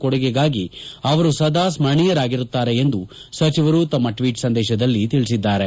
ಕೊಡುಗೆಗಾಗಿ ಅವರು ಸದಾ ಸ್ಪರಣೀಯರಾಗಿರುತ್ತಾರೆ ಎಂದು ಸಚಿವರು ತಮ್ನ ಟ್ನೀಟ್ ಸಂದೇಶದಲ್ಲಿ ತಿಳಿಸಿದ್ದಾರೆ